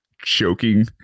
choking